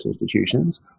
institutions